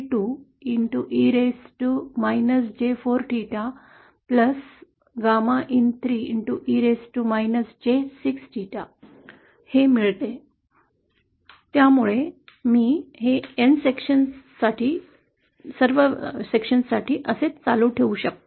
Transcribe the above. त्यामुळे मी n च्या सर्व विभागांसाठी असेच चालू ठेवू शकतो